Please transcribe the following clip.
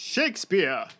Shakespeare